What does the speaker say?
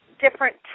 different